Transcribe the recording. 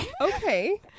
okay